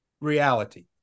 reality